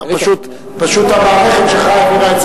פשוט המערכת שלך העבירה את